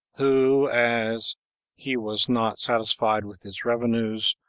who, as he was not satisfied with its revenues,